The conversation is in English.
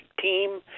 team